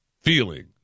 feeling